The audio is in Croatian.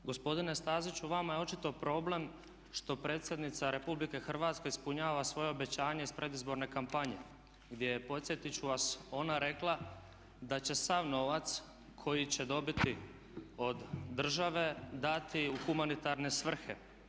Gospodine Staziću vama je očito problem što predsjednica RH ispunjava svoje obećanje iz predizborne kampanje gdje je podsjetit ću vas ona rekla da će sav novac koji će dobiti od države dati u humanitarne svrhe.